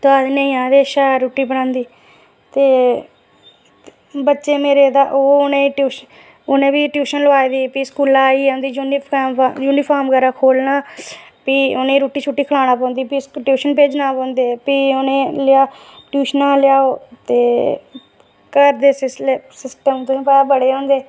सारे जने आखदे शैल रुट्टी बनांदी ते बच्चे मेरे ना ते ओह् उनेंगी ट्यूशन लभाई दी स्कूला आई जंदे यूनीफार्म बगैरा खोह्लना फ्ही उ'नेंगी रुट्टी शुट्टी खलाना पौंदी फ्ही ट्यूशन भेजना पौंदे फ्ही उ'नेंगी ट्यूशनां दा लेई आओ ते घर दे सिस्टम तुसें गी पता बड़े होंदे